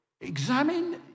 Examine